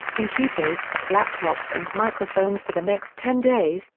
computers, laptops and microphones for the next ten days,